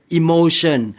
emotion